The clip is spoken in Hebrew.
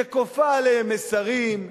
שכופה עליהם מסרים,